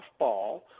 softball